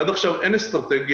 ועד עכשיו אין אסטרטגיה,